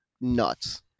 nuts